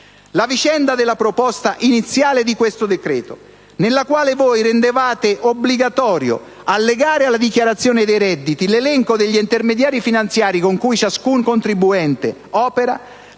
cancellato la proposta iniziale di questo decreto-legge, con la quale rendevate obbligatorio allegare alla dichiarazione dei redditi l'elenco degli intermediari finanziari con cui ciascun contribuente opera,